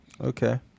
Okay